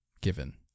given